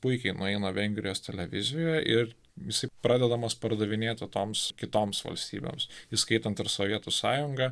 puikiai nueina vengrijos televizijoje ir jisai pradedamas pardavinėti toms kitoms valstybėms įskaitant ir sovietų sąjungą